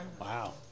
Wow